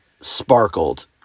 sparkled